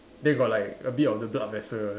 then got like a bit of the blood vessel